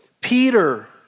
Peter